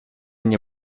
nie